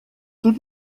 toute